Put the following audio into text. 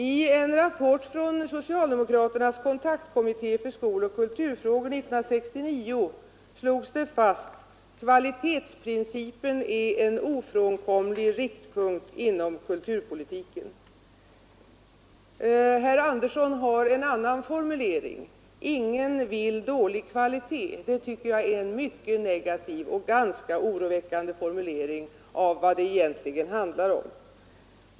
I en rapport från socialdemokraternas kontaktkommitté för skoloch kulturfrågor 1969 slogs det fast: Kvalitetsprincipen är en ofrånkomlig riktpunkt inom kulturpolitiken. Herr Andersson har en annan formulering: Ingen vill dålig kvalitet. Det tycker jag är en mycket negativ och ganska oroväckande formulering av vad det egentligen handlar om.